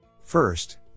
First